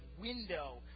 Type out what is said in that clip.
window